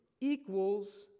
equals